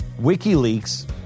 WikiLeaks